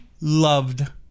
loved